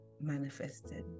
manifested